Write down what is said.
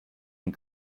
and